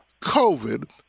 COVID